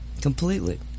Completely